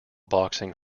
boxing